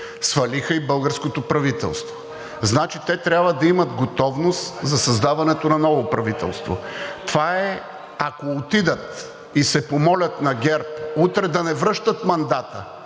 свалиха и българското правителство. Значи, те трябва да имат готовност за създаването на ново правителство. Това е, ако отидат и се помолят на ГЕРБ утре да не връщат мандата